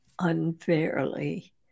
unfairly